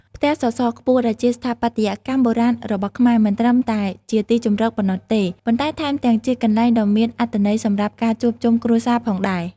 ផ្ទះសសរខ្ពស់ ដែលជាស្ថាបត្យកម្មបុរាណរបស់ខ្មែរ មិនត្រឹមតែជាទីជម្រកប៉ុណ្ណោះទេ ប៉ុន្តែថែមទាំងជាកន្លែងដ៏មានអត្ថន័យសម្រាប់ការជួបជុំគ្រួសារផងដែរ។